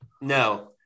No